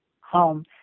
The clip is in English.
home